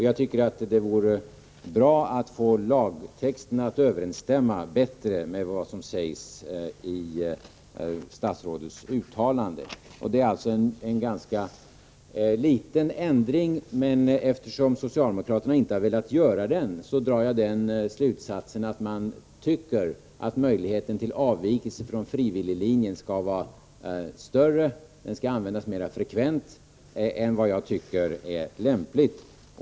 Jag tycker att det vore bra att få lagtexten att överensstämma bättre med vad som sägs av statsrådet. Det är alltså fråga om en ganska liten ändring, men eftersom socialdemokraterna inte har velat göra den drar jag slutsatsen att man tycker att möjligheten till avvikelse från frivilliglinjen skall vara större och att den skall användas mera frekvent än vad jag tycker är lämpligt.